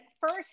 First